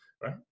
right